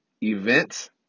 event